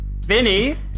Vinny